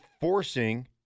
forcing